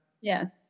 Yes